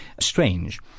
strange